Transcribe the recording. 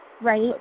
right